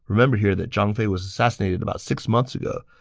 remember here that zhang fei was assassinated about six months ago,